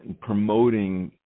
promoting